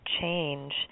change